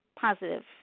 positive